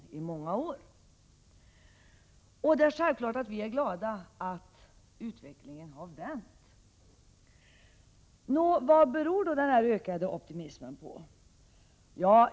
Vi är självfallet glada över att utvecklingen har vänt. Vad beror då denna ökade optimism på?